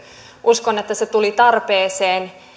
uskon että se tuli tarpeeseen